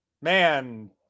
man